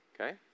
Okay